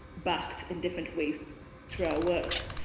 backed in different ways throughout work?